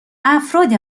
افراد